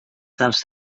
dels